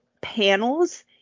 panels